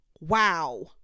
wow